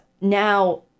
Now